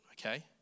okay